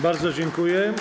Bardzo dziękuję.